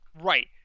Right